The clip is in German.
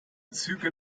züge